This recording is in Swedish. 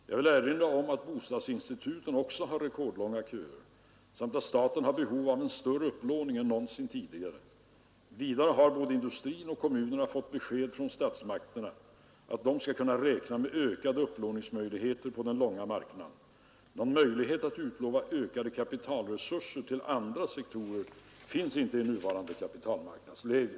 Jag vill erinra om att bostadsinstituten också har rekordlånga köer samt att staten har behov av en större upplåning än någonsin tidigare. Vidare har både industrin och kommunerna fått besked från statsmakterna, att de skall kunna räkna med ökade upplåningsmöjligheter på den långa marknaden. Någon möjlighet att utlova ökade kapitalresurser till andra sektorer finns inte i nuvarande kapitalmarknadsläge.